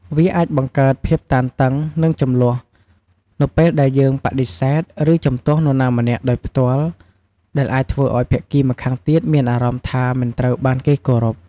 វាអាចបង្កើតភាពតានតឹង និងជម្លោះ នៅពេលដែលយើងបដិសេធ ឬជំទាស់នរណាម្នាក់ដោយផ្ទាល់ ដែលអាចធ្វើឲ្យភាគីម្ខាងទៀតមានអារម្មណ៍ថាមិនត្រូវបានគេគោរព ។